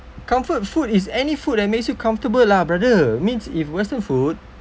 comfort food is any food that makes you comfortable lah brother means if western food